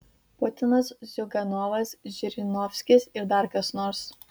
putinas ziuganovas žirinovskis ir dar kas nors